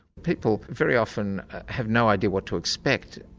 people very often have no idea what to expect,